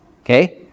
Okay